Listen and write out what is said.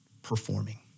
Performing